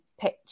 pitch